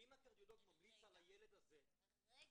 ואם הקרדיולוג ממליץ על הילד הזה --- רגע.